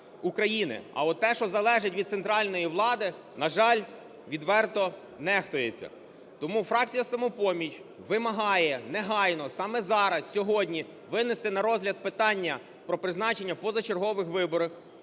А от те, що залежить від центральної влади, на жаль, відверто нехтується. Тому фракція "Самопоміч" вимагає негайно саме зараз, сьогодні винести на розгляд питання про призначення позачергових виборів